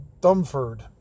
Dumford